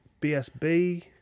BSB